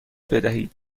بدهید